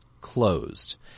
closed